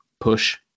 push